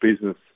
business